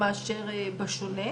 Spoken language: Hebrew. כאשר בשוויץ